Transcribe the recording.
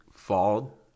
fall